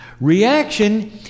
reaction